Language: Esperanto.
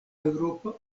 eŭropa